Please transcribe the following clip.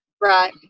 Right